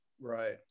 Right